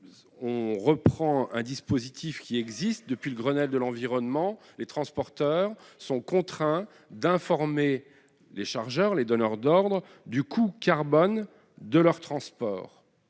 de reprendre un dispositif existant. Depuis le Grenelle de l'environnement, les transporteurs sont contraints d'informer les chargeurs ou les donneurs d'ordre du coût carbone de leur transport.